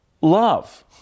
love